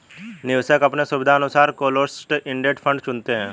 निवेशक अपने सुविधानुसार क्लोस्ड इंडेड फंड चुनते है